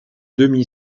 demi